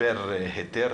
פר היתר